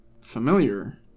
familiar